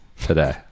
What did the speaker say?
today